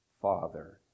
Father